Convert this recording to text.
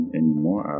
anymore